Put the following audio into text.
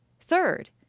Third